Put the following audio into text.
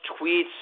tweets